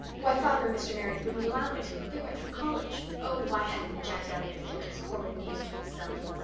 why father and mr. meredith wouldn't allow it. they weren't through college. oh, why hadn't jack elliott kept his horrid news to himself?